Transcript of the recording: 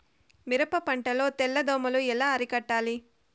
మిరప పంట లో తెల్ల దోమలు ఎలా అరికట్టాలి?